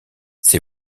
ses